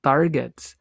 Targets